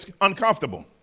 uncomfortable